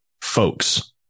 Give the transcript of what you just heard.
folks